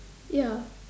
ya